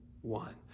one